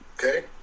Okay